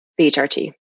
BHRT